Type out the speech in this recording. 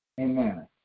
Amen